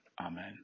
Amen